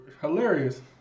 hilarious